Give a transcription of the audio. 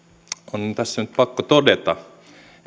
on tässä nyt pakko todeta